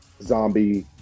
zombie